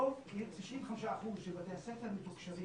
היום רוב, 95%, של בתי הספר מתוקשבים.